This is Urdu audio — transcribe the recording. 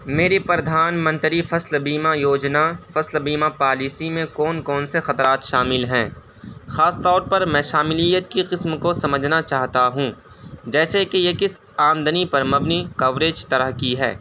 میری پردھان منتری فصل بیمہ یوجنا فصل بیمہ پالیسی میں کون کون سے خطرات شامل ہیں خاص طور پر میں شاملیت کی قسم کو سمجھنا چاہتا ہوں جیسے کہ یہ کس آمدنی پر مبنی کوریج طرح کی ہے